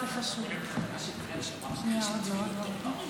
אני אמרתי שזה לא מוסרי ולא ערכי.